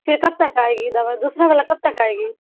یہ کب تک آئے گی دوا دوسرا والا کب تک آئے گی